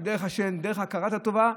שהיא דרך ה', דרך הכרת הטובה,